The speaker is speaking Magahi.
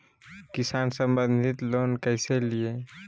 किसान संबंधित लोन कैसै लिये?